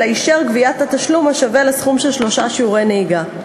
אלא אישר גביית תשלום השווה לסכום של שלושה שיעורי נהיגה.